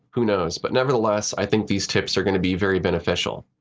who knows, but nevertheless, i think these tips are going to be very beneficial.